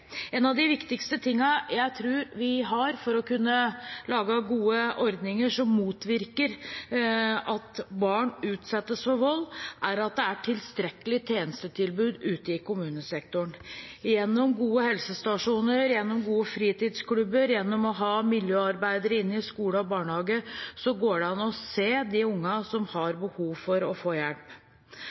en av de viktigste tingene vi har for å kunne lage gode ordninger som motvirker at barn utsettes for vold, er at det er et tilstrekkelig tjenestetilbud ute i kommunesektoren. Gjennom gode helsestasjoner, gode fritidsklubber, miljøarbeidere i skoler og barnehager går det an å se de ungene som har behov for hjelp. Det er viktig at det er tjenester som barnefamilier bruker, sånn at det er mulig å